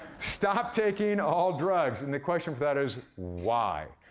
stop taking all drugs, and the question for that is, why?